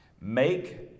make